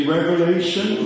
Revelation